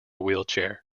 wheelchair